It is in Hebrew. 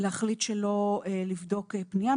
להחליט שלא לבדוק פנייה.